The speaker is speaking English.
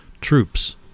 troops